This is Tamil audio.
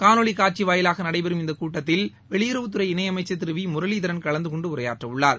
காணொலி காட்சி வாயிலாக நடைபெறும் இந்த கூட்டத்தில் வெளியுறவுத்துறை இணையமைச்சு திரு வி முரளிதரன் கலந்து கொண்டு உரையாற்றவுள்ளார்